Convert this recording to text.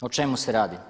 O čemu se radi?